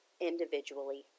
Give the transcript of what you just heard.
individually